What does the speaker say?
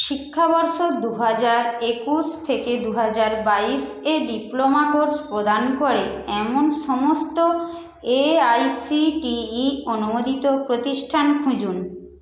শিক্ষাবর্ষ দু হাজার একুশ থেকে দু হাজার বাইশ এ ডিপ্লোমা কোর্স প্রদান করে এমন সমস্ত এআইসিটিই অনুমোদিত প্রতিষ্ঠান খুঁজুন